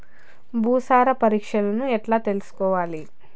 భూసార పరీక్షను ఎట్లా చేసుకోవాలి?